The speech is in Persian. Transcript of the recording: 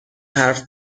حرف